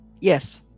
Yes